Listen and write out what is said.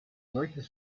solches